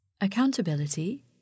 Accountability